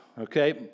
Okay